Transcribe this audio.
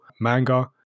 manga